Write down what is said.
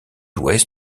ouest